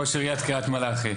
ראש עיריית קריית מלאכי.